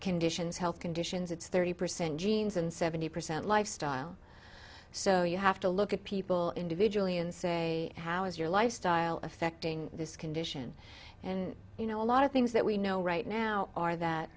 conditions health conditions it's thirty percent genes and seventy percent lifestyle so you have to look at people individually and say how is your lifestyle affecting this condition and you know a lot of things that we know right now are that